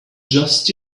just